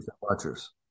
watchers